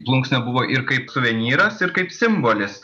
plunksna buvo ir kaip suvenyras ir kaip simbolis